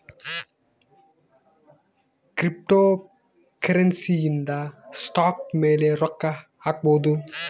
cryptocurrency ಇಂದ stock ಮೇಲೆ ರೊಕ್ಕ ಹಾಕ್ಬೊದು